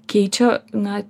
keičia na